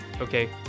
Okay